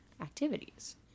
activities